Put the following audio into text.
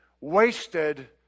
wasted